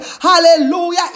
hallelujah